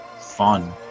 fun